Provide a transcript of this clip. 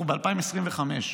אנחנו ב-2025.